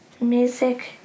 music